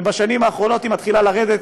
ובשנים האחרונות היא מתחילה לרדת,